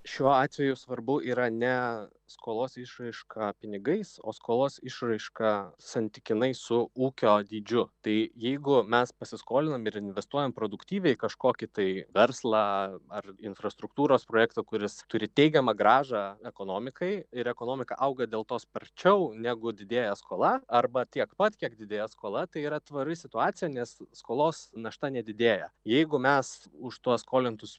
šiuo atveju svarbu yra ne skolos išraiška pinigais o skolos išraiška santykinai su ūkio dydžiu tai jeigu mes pasiskolinom ir investuojam produktyviai į kažkokį tai verslą ar infrastruktūros projektą kuris turi teigiamą grąžą ekonomikai ir ekonomika auga dėl to sparčiau negu didėja skola arba tiek pat kiek didėja skola tai yra tvari situacija nes skolos našta nedidėja jeigu mes už tuos skolintus